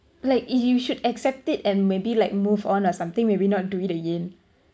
like if you should accept it and maybe like move on or something maybe not do it again